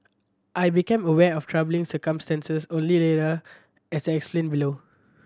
I became aware of troubling circumstances only later as I explain below